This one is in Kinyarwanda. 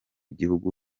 gihugu